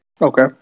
Okay